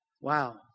Wow